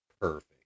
perfect